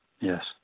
Yes